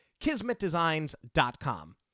KismetDesigns.com